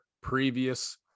previous